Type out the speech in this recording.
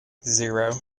zero